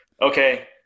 okay